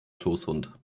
schoßhund